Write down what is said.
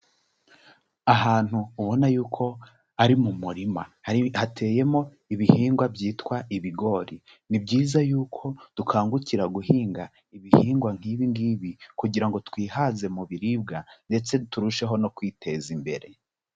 Ahantu ubona yuko ari mu murima hateyemo ibihingwa byitwa ibigori. Ni byiza yuko dukangukira guhinga ibihingwa nk'ibi ngibi kugira ngo twihaze mu biribwa, ndetse turusheho no kwiteza imbere.